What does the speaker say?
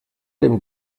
dem